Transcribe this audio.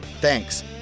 Thanks